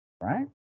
Right